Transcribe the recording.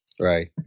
Right